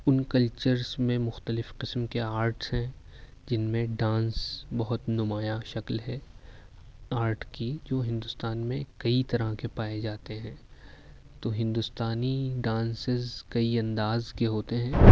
ان cultures میں مختلف قسم کے آرٹس ہیں جن میں ڈانس بہت نمایاں شکل ہے آرٹ کی جو ہندوستان میں کئی طرح کے پائے جاتے ہیں تو ہندوستانی ڈانسز کئی انداز کے ہوتے ہیں